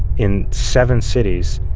in seven cities,